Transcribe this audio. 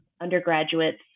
undergraduates